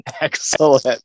excellent